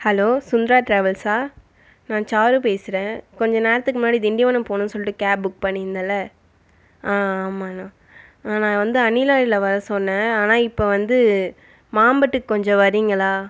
hello Sundara ட்ராவல்ஸா நான் சாரு பேசுகிறேன் கொஞ்சம் நேரத்துக்கு முன்னாடி திண்டிவனம் போகனுன்னு சொல்லிட்டு கேப் புக் பண்ணியிருந்தேன் ஆ ஆமாண்ணா நான் வந்து அண்ணிலாரில வர சொன்ன ஆனால் இப்போ வந்து மாம்பட்டுக்கு கொஞ்சம் வரீங்களா